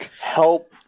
help